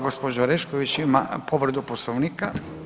Gđa. Orešković ima povredu Poslovnika.